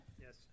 yes